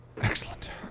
Excellent